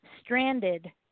stranded